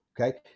okay